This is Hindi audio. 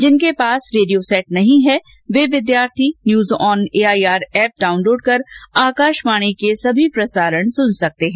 जिनके पास रेडियो सैट नहीं है वे विद्यार्थी news on AIR app download कर आकाशवाणी के सभी प्रसारण सुन सकते है